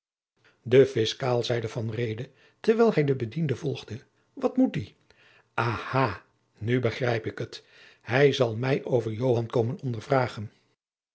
de fiscaal zeide van reede terwijl hij den bedienden volgde wat moet die aha nu begrijp ik het hij zal mij over